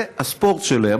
זה הספורט שלהם.